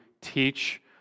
teach